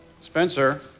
Spencer